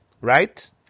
right